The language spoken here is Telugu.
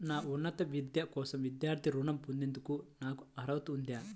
నా ఉన్నత విద్య కోసం విద్యార్థి రుణం పొందేందుకు నాకు అర్హత ఉందా?